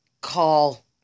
call